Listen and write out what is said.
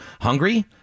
Hungry